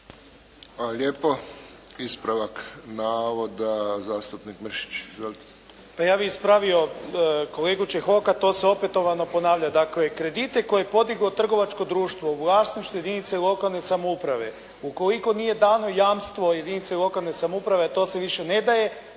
**Mršić, Zvonimir (SDP)** Pa ja bih ispravio kolegu Čehoka, to se opetovano ponavlja, dakle, kredite koje je podiglo trgovačko društvo u vlasništvu jedinica lokalne samouprave ukoliko nije dano jamstvo jedinici lokalne samouprave a to se više ne daje